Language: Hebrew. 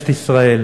כנסת ישראל,